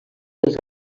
els